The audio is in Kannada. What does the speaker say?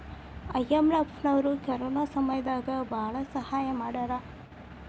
ಐ.ಎಂ.ಎಫ್ ನವ್ರು ಕೊರೊನಾ ಸಮಯ ದಾಗ ಭಾಳ ಸಹಾಯ ಮಾಡ್ಯಾರ